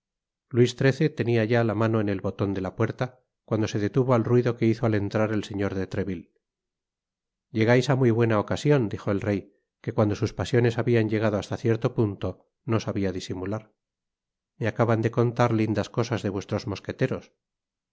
luis xlu tenia ya la mano en el boton de la puerta cuando se detuvo al ruido que hizo al entrar el señor de treville llegais á muy buena ocasion dijo el rey que cuando sus pasiones habian llegado hasta cierto punto no sabia disimular me acaban de contar lindas cosas de vuestros mosqueteros